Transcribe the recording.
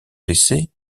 blessé